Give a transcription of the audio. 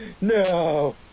No